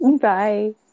Bye